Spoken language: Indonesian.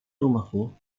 rumahku